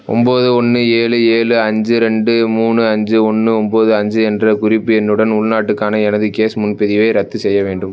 ஒம்பது ஒன்று ஏழு ஏழு அஞ்சு ரெண்டு மூணு அஞ்சு ஒன்று ஒம்பது அஞ்சு என்ற குறிப்பு எண்ணுடன் உள்நாட்டுக்கான எனது கேஸ் முன்பதிவை ரத்து செய்ய வேண்டும்